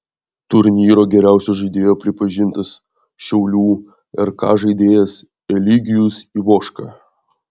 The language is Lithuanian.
turnyro geriausio žaidėjo pripažintas šiaulių rk žaidėjas eligijus ivoška